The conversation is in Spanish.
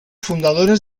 fundadores